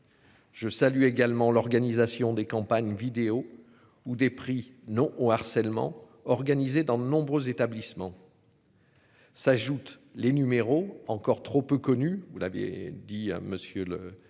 Je salue également l'organisation des campagnes vidéo ou des prix. Non au harcèlement organisées dans de nombreux établissements. S'ajoutent les numéros encore trop peu connue. Vous l'avez dit, monsieur